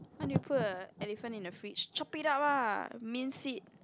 how do you put a elephant in the fridge chop it up ah mince it